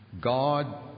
God